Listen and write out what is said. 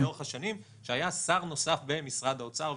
לאורך השנים שהיה שר נוסף במשרד האוצר.